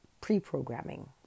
pre-programming